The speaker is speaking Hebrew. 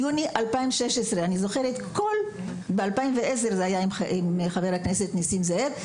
ביוני 2016 ב-2010 זה היה עם חבר הכנסת ניסים זאב,